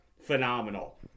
Phenomenal